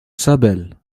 sabel